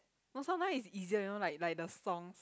also now is easier you know like like the song